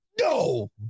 No